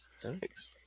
Thanks